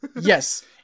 Yes